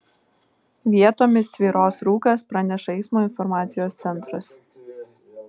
vietomis tvyros rūkas praneša eismo informacijos centras